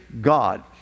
God